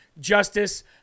justice